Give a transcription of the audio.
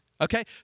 Okay